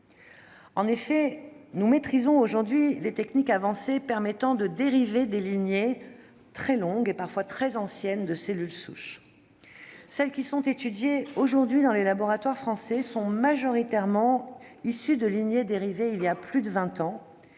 En effet, nous maîtrisons aujourd'hui les techniques avancées permettant de dériver des lignées, très longues et parfois très anciennes, de cellules souches. Celles qui sont étudiées aujourd'hui dans les laboratoires français sont majoritairement issues de lignées dérivées voilà plus de vingt